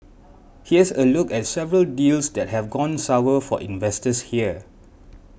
here's a look at several deals that have gone sour for investors here